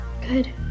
Good